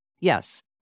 Yes